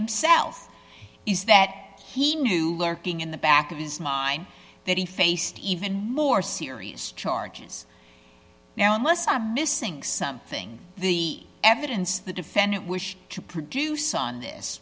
himself is that he knew lurking in the back of his mind that he faced even more serious charges now unless i'm missing something the evidence the defendant wish to produce on this